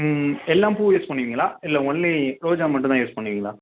ம் எல்லா பூவும் யூஸ் பண்ணுவீங்களா இல்லை ஒன்லி ரோஜா மட்டும் தான் யூஸ் பண்ணுவீங்களா